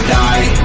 die